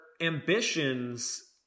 ambitions